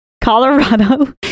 Colorado